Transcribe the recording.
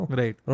right